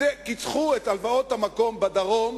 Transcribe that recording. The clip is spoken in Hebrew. כיסחו את הלוואות המקום בדרום,